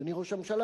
אדוני ראש הממשלה,